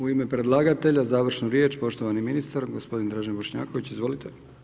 U ime predlagatelja, završna riječ, poštovani ministar, gospodin Dražen Bošnjaković, izvolite.